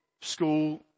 school